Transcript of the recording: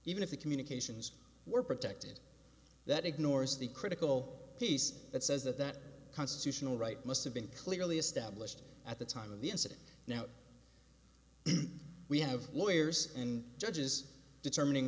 even if the communications were protected that ignores the critical piece that says that that constitutional right must have been clearly established at the time of the incident now we have lawyers and judges determining